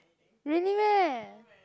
really meh